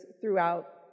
throughout